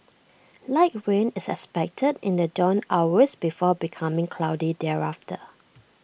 light rain is expected in the dawn hours before becoming cloudy thereafter